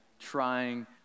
trying